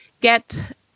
get